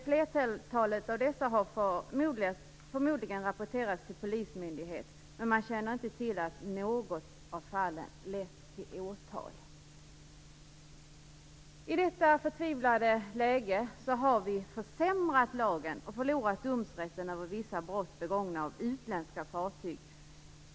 Flertalet av dessa har förmodligen rapporterats till polismyndighet, men man känner inte till om något av fallen lett till åtal. I detta förtvivlade läge har vi försämrat lagen och förlorat domsrätten över vissa brott begångna av utländska fartyg.